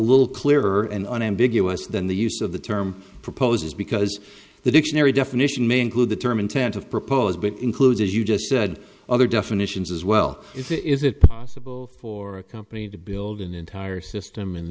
little clearer and unambiguous than the use of the term proposes because the dictionary definition may include the term intent of proposed but includes as you just said other definitions as well it is it possible for a company to build an entire system